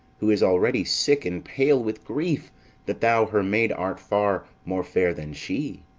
who is already sick and pale with grief that thou her maid art far more fair than she.